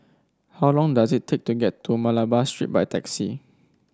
how long does it take to get to Malabar Street by taxi